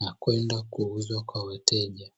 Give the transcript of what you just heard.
na kwenda kuuzwa kwa wateja.